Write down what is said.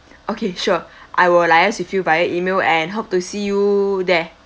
okay sure I will liase with you via E-mail and hope to see you there